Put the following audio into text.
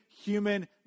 human